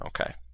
Okay